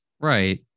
Right